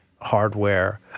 hardware